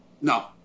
No